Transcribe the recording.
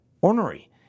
ornery